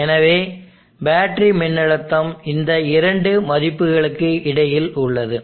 எனவே பேட்டரி மின்னழுத்தம் இந்த இரண்டு மதிப்புகளுக்கு இடையில் உள்ளது